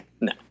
No